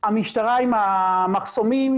המשטרה עם המחסומים,